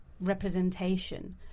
representation